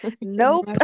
nope